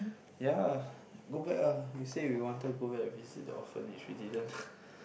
ya go back ah they say we wanted to go back to visit the orphanage we didn't